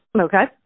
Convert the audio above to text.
Okay